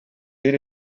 did